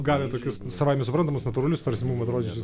gavę tokius savaime suprantamus natūralius tarsi mum atrodančius